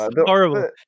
horrible